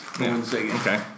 Okay